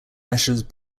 measures